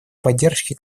поддержки